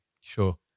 Sure